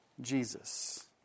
Jesus